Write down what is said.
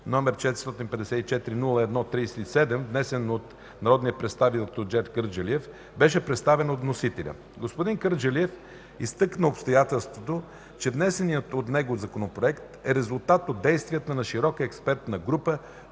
№ 454-01-37, внесен от народния представител Тунчер Мехмедов Кърджалиев, беше представен от вносителя. Господин Кърджалиев изтъкна обстоятелството, че внесеният от него Законопроект е резултат от дейността на широка експертна група,